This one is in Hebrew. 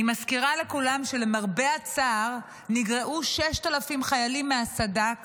אני מזכירה לכולם שלמרבה הצער נגרעו 6,000 חיילים מהסד"כ